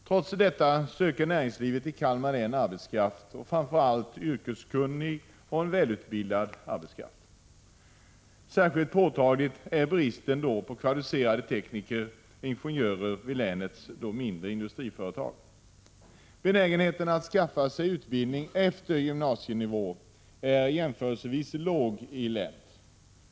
Trots detta söker näringslivet i Kalmar län arbetskraft och framför allt yrkeskunnig och välutbildad arbetskraft. Särskilt påtaglig är bristen på kvalificerade tekniker och ingenjörer vid länets mindre industriföretag. Benägenheten att skaffa sig utbildning efter gymnasienivå är jämförelsevis låg i Kalmar län.